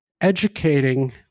educating